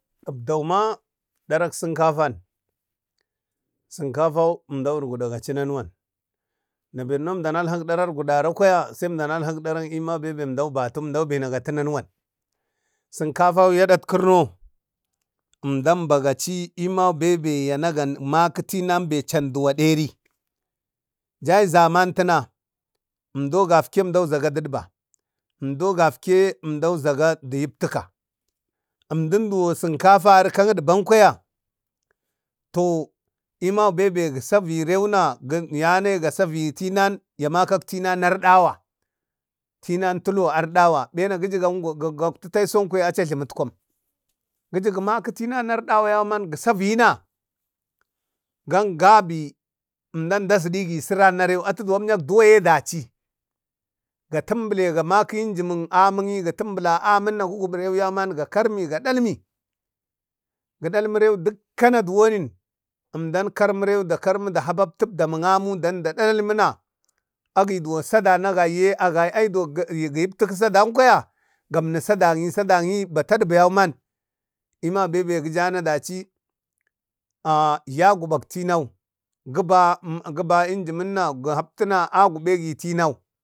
Ʒdau ma ɗarak sənkafan, sənkafau əmdau urguɗega cianu wan? na beben emdal alhah darak urgudara kwaya sai əmdau alhak derek ema əmdau batu, emdan benagatu nanawan, sənkafau ya adatkirino emdam bagaci yim bebe yan gani maka tinan bee canduwa deri jay zaman tuna emdo gafke zadaga didba emdo gafke zaga du yuptika emdum duwo sinkafari kak dadban kwaya to yimam bebe gi saviyu rauna yanayi ga saviyi tinan ya makak tinan ardawa tinan tulo ardawa bana giju gango gakti ayaso kwaya aca jlamutkwan giju gi maki tinan ardawa yauman nu saviyu na gangabi emdam da jludigi siran na rau atu za emyek duwa ye daci ga tumbile ga maki yinjimuk amin yi ga tumbula amin na gugubu rewunna geki ga kalmi ga dalmi gu dalmi rawuna dukka na duwan emdan kalmu rewuda kalma da kalma da hahaptu abdan amin dan da dalalmuna agi duwo sadana agayye agaya ai duwan yayaptak sadankwaya gami sadanyi sadanyi batadba yauma yima bebe gija na daci aah ya guba tinau giba ejimina ga haptina agubegitinau.